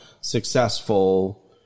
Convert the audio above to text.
successful